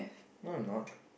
no I'm not